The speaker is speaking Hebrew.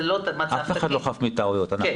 זה לא מצב תקין.